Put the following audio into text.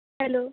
hello